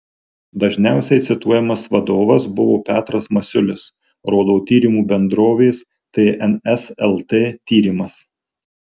dažniausiai cituojamas vadovas buvo petras masiulis rodo tyrimų bendrovės tns lt tyrimas